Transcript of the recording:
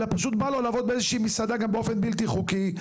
אלא פשוט בא לו לעבוד גם באיזושהי מסעדה גם באופן בלתי חוקי,